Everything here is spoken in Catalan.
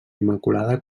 immaculada